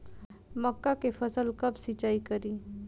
मका के फ़सल कब सिंचाई करी?